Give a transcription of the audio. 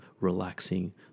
relaxing